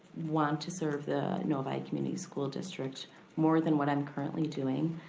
want to serve the novi community school district more than what i'm currently doing.